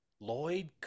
lloyd